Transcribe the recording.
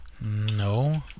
No